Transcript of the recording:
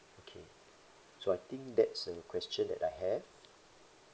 okay so I think that's a question that I have